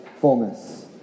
fullness